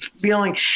feeling